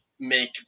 make